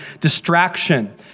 distraction